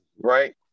Right